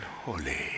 holy